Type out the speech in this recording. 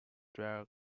drier